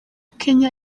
kenya